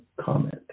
comment